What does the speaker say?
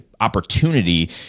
opportunity